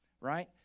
right